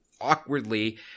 awkwardly